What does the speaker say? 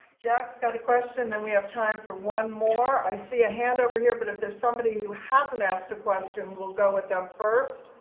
jack's got a question then we have time for one more. i see a hand over here but if there's somebody who hasn't asked a question, we'll go with them first,